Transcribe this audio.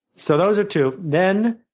so those are two. then,